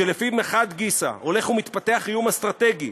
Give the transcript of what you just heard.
שלפיו מחד גיסא הולך ומתפתח איום אסטרטגי,